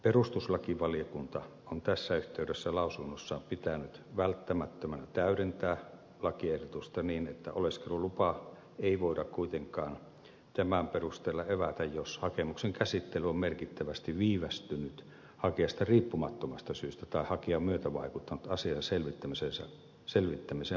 perustuslakivaliokunta on tässä yhteydessä lausunnossaan pitänyt välttämättömänä täydentää lakiehdotusta niin että oleskelulupaa ei voida kuitenkaan tämän perusteella evätä jos hakemuksen käsittely on merkittävästi viivästynyt hakijasta riippumattomasta syystä tai hakija on myötävaikuttanut asian selvittämiseen mahdollisuuksien mukaan